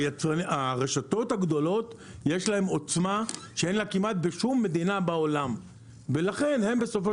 לרשתות הגדולות יש עוצמה שאין כמעט לשום מדינה בעולם ולכן הן בסופו